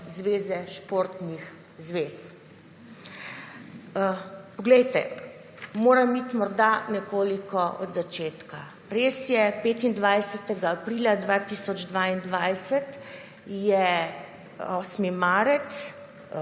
Zveze športnih zvez. Poglejte, moram iti morda nekoliko od začetka. Res je, 25. aprila 2022 je Inštitut